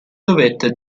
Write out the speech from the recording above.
dovette